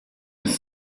ist